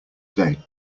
day